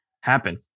happen